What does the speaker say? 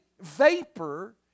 vapor